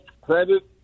credit